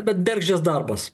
bet bergždžias darbas